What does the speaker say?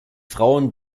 frauen